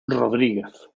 rodríguez